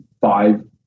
five